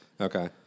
Okay